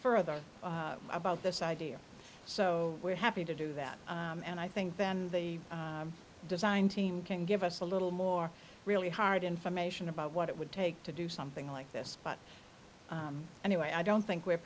further about this idea so we're happy to do that and i think then the design team can give us a little more really hard information about what it would take to do something like this but anyway i don't think we